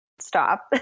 stop